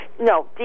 No